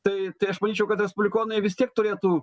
tai tai aš manyčiau kad respublikonai vis tiek turėtų